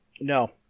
No